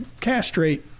castrate